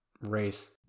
race